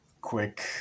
quick